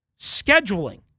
scheduling